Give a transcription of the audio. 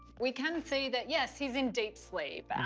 we can see that yes, he's in deep sleep.